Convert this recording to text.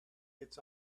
its